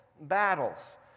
battles